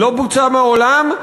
לא בוצע מעולם,